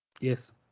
Yes